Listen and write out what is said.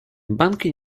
banki